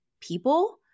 people